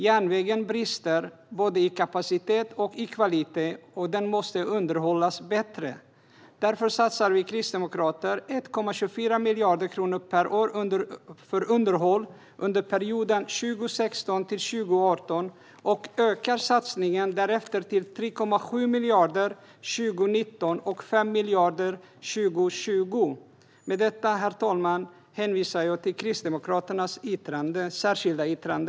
Järnvägen brister både i kapacitet och i kvalitet, och den måste underhållas bättre. Därför satsar vi kristdemokrater 1,24 miljarder kronor per år på underhåll under perioden 2016-2018 och ökar därefter satsningen till 3,7 miljarder år 2019 och 5 miljarder 2020. Med detta, herr talman, hänvisar jag till Kristdemokraternas särskilda yttrande.